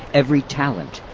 every talent,